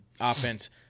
offense